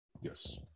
Yes